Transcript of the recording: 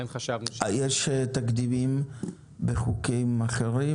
יש תקדימים בחוקים אחרים?